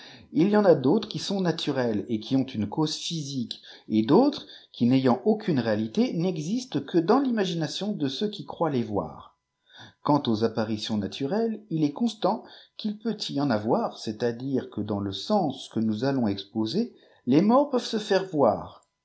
il y en a d'autres qui sont naturelles et qui ont une cause physique et d'autres qui n'ayant aucune réalité n'existent que dans l'imagination de ceux qui croient les voir quant aux apparitions naturelles il est constant qu'ilpeut y en avoir c'est-à-dire jue dan le sens que nous ons exposer les morts peuvent se faire voir